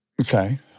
okay